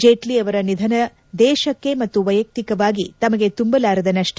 ಜೇಟ್ಲ ಅವರ ನಿಧನ ದೇಶಕ್ಕೆ ಮತ್ತು ವೈಯಕ್ತಿಕವಾಗಿ ತಮಗೆ ತುಂಬಲಾರದ ನಷ್ಟ